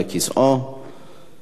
נא להצביע.